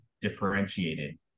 differentiated